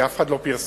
כי אף אחד לא פרסם,